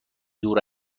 دور